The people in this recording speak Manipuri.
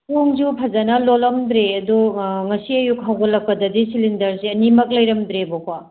ꯊꯣꯡꯁꯨ ꯐꯖꯅ ꯂꯣꯟꯂꯝꯗ꯭ꯔꯦ ꯑꯗꯣ ꯉꯁꯤ ꯑꯌꯨꯛ ꯍꯧꯒꯠꯂꯛꯄꯗꯗꯤ ꯁꯤꯂꯤꯟꯗꯔꯁꯦ ꯑꯅꯤꯃꯛ ꯂꯩꯔꯝꯗ꯭ꯔꯦꯕꯀꯣ